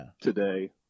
today